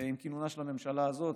עם כינונה של הממשלה הזו.